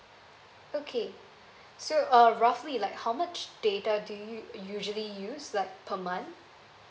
okay so uh roughly like how much data do you usually use like per month